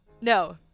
no